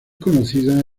conocida